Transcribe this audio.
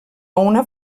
una